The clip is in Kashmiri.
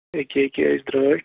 ییٚکیٛاہ ییٚکیٛاہ أسۍ درٛاے